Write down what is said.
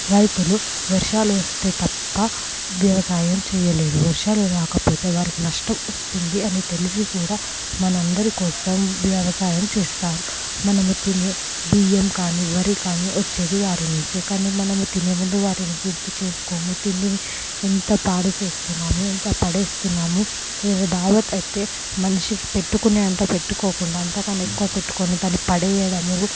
రైతులు వర్షాలు వస్తే తప్ప వ్యవసాయం చేయలేరు వర్షాలు రాకపోతే వారికి నష్టం వస్తుంది అని తెలిసి కూడా మన అందరి కోసం వ్యవసాయం చేస్తారు మనము తినే బియ్యం కానీ వరి కానీ వచ్చేది వారి నుంచే కానీ మనము తినే ముందు వారిని గుర్తు చేసుకోము తిండిని ఎంత పాడు చేస్తున్నాము ఎంత పడేస్తున్నాము ఏదైనా దావత్ అయితే మనిషి పెట్టుకునే అంత పెట్టుకోకుండా అంతకన్నా ఎక్కువ పెట్టుకొని దాని పడేయడము